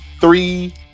three